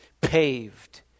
paved